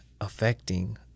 affecting